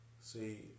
See